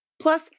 Plus